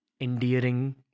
endearing